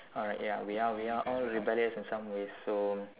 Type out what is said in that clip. alright ya we are we are all rebellious in some ways so